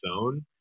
own